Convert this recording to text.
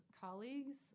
colleagues